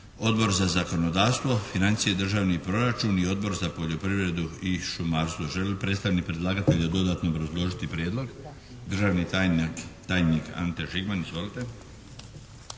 Odbor za zakonodavstvo, financije i državni proračun i Odbor za poljoprivredu i šumarstvo. Želi li predstavnik predlagatelja dodatno obrazložiti prijedlog? Državni tajnik Ante Žigman.